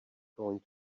going